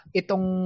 itong